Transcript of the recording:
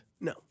No